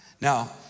Now